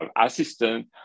assistant